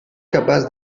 capaç